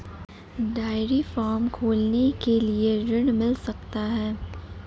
Dairy farm खोलने के लिए ऋण मिल सकता है?